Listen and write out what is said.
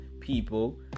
people